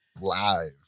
live